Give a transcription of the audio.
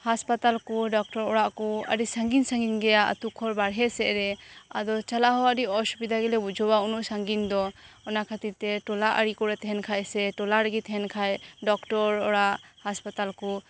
ᱦᱟᱸᱥᱯᱟᱛᱟᱞ ᱠᱚ ᱰᱟᱠᱛᱟᱨ ᱚᱲᱟᱜ ᱠᱚ ᱟᱹᱰᱤ ᱥᱟᱸᱜᱤᱧ ᱥᱟᱸᱜᱤᱧ ᱜᱮᱭᱟ ᱟᱹᱛᱩ ᱠᱷᱚᱱ ᱵᱟᱦᱨᱮ ᱥᱮᱫ ᱨᱮ ᱟᱫᱚ ᱪᱟᱞᱟᱜ ᱦᱚᱸ ᱟᱹᱰᱤ ᱚᱥᱩᱵᱤᱫᱷᱟ ᱜᱮᱞᱮ ᱵᱩᱡᱷᱟᱹᱣᱼᱟ ᱩᱱᱟᱹᱜ ᱥᱟᱸᱜᱤᱧ ᱫᱚ ᱚᱱᱟ ᱠᱷᱟᱛᱤᱨ ᱛᱮ ᱴᱚᱞᱟ ᱟᱲᱮ ᱠᱚᱨᱮ ᱛᱟᱦᱮᱸ ᱠᱷᱟᱱ ᱥᱮ ᱴᱚᱞᱟ ᱨᱮᱜᱮ ᱛᱟᱦᱮᱱ ᱠᱷᱟᱱ ᱰᱟᱠᱛᱟᱨ ᱚᱲᱟᱜ ᱦᱟᱸᱥᱯᱟᱛᱟᱞ ᱠᱚ